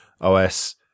OS